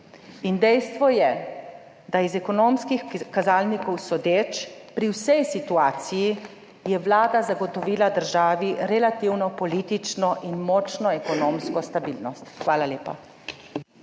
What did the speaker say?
dejstvo je, da je po ekonomskih kazalnikih sodeč pri vsej situaciji Vlada zagotovila državi relativno politično in močno ekonomsko stabilnost. Hvala lepa.